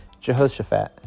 Jehoshaphat